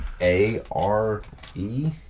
A-R-E